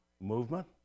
movement